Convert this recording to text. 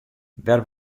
wêr